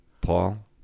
Paul